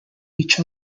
each